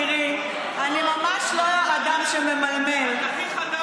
אני לא בולעת את המילים, חביבי.